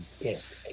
Yes